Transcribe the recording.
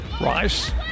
Rice